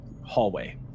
hallway